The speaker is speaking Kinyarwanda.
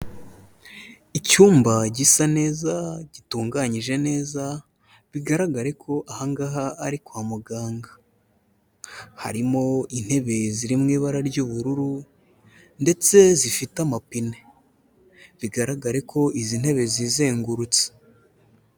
Icyumba gisa neza gitunganyije neza bigaragare ko aha ngaha ari kwa muganga, harimo intebe ziri mu ibara ry'ubururu ndetse zifite amapine, bigaragare ko izi ntebe zizengurutsa.